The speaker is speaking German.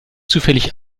zufällig